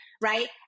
right